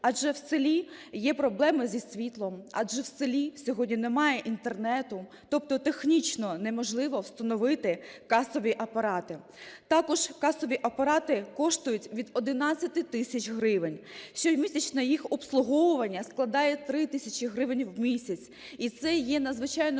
адже в селі є проблеми зі світлом, адже в селі сьогодні немає Інтернету, тобто технічно неможливо встановити касові апарати. Також касові апарати коштують від 11 тисяч гривень, щомісячне їх обслуговування складає 3 тисячі гривень у місяць. І це є надзвичайно